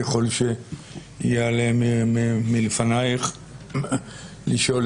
ככל שיעלה מלפניך לשאול,